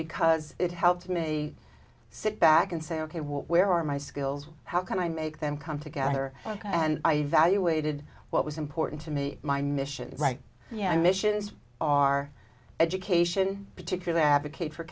because it helps me sit back and say ok what where are my skills how can i make them come together and i evaluated what was important to me my missions like yeah missions are education particular advocate for